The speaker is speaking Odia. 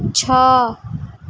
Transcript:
ଛଅ